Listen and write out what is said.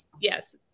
yes